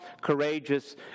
courageous